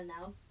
now